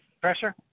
pressure